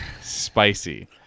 Spicy